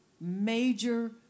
major